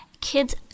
Kids